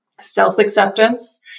self-acceptance